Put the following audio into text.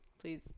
please